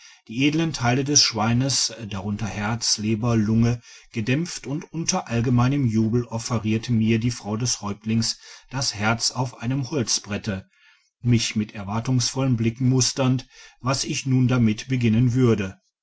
die edlen teile des schweins darunter herz leber lunge gedämpft und unter allgemeinem jubel offerierte mir die frau des häuptlings das herz auf einem holzbrette mich mit erwartungsvollen blicken musternd was ich nun damit beginnen würde